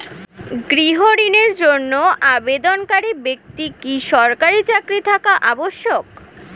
গৃহ ঋণের জন্য আবেদনকারী ব্যক্তি কি সরকারি চাকরি থাকা আবশ্যক?